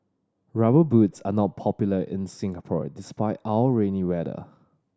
Rubber Boots are not popular in Singapore despite our rainy weather